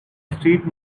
street